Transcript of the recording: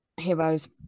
Heroes